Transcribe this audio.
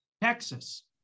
Texas